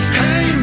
hey